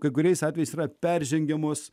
kai kuriais atvejais yra peržengiamos